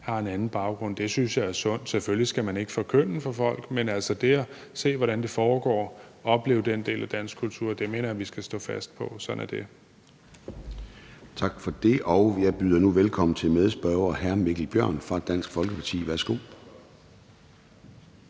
har en anden baggrund. Det synes jeg er sundt. Selvfølgelig skal der ikke forkyndes for folk, men det at se, hvordan det foregår, og opleve den del af dansk kultur mener jeg vi skal stå fast på. Sådan er det. Kl. 14:18 Formanden (Søren Gade): Tak for det. Jeg byder nu velkommen til medspørger hr. Mikkel Bjørn fra Dansk Folkeparti. Værsgo.